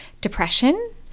depression